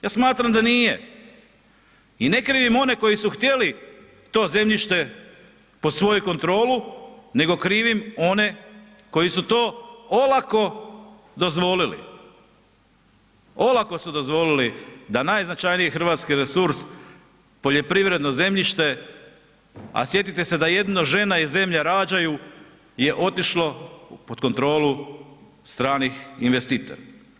Ja smatram da nije i ne krivim one koji su htjeli to zemljište pod svoju kontrolu, nego krivim one koji su to olako dozvolili, olako su dozvolili da najznačajniji hrvatski resurs, poljoprivredno zemljište, a sjetite se da jedino žena i zemlja rađaju je otišlo pod kontrolu stranih investitora.